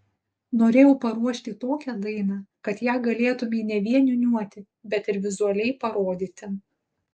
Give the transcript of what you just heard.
norėjau paruošti tokią dainą kad ją galėtumei ne vien niūniuoti bet ir vizualiai parodyti